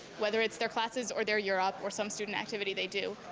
whether it's their classes or their urop, or some student activity they do.